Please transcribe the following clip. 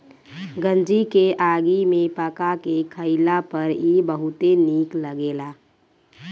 गंजी के आगी में पका के खइला पर इ बहुते निक लगेला